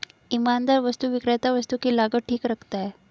ईमानदार वस्तु विक्रेता वस्तु की लागत ठीक रखता है